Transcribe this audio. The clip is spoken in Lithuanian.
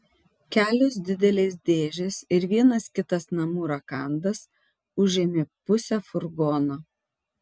kelios didelės dėžės ir vienas kitas namų rakandas užėmė pusę furgono